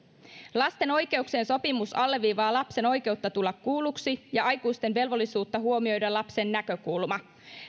lapsen oikeuksien sopimus alleviivaa lapsen oikeutta tulla kuulluksi ja aikuisten velvollisuutta huomioida lapsen näkökulma